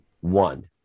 one